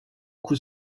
coup